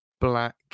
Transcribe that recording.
black